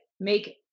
make